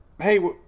hey